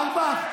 אורבך,